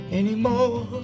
anymore